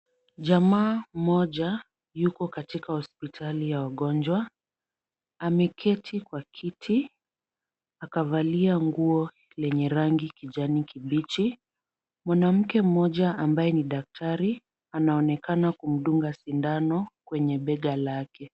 Jamaa mmoja yuko katika hospitali ya wagonjwa. Ameketi kwenye kiti amevalia nguo yenye rangi ya kijani kibichi. Mwanamke mmoja ambaye ni daktari anaonekana akimdunga sindano kwenye bega lake.